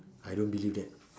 I don't believe that